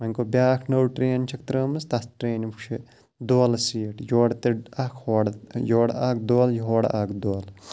وۄنۍ گوٚو بیٛاکھ نٔو ٹرٛین چھَکھ ترٛٲومٕژ تَتھ ٹرٛینہِ وۄنۍ چھِ دولہٕ سیٖٹ یورٕ تہِ اَکھ ہورٕ یورٕ اَکھ دولہٕ یہِ ہورٕ اَکھ دولہٕ